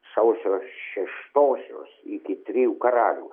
sausio šeštosios iki trijų karalių